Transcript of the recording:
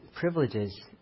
privileges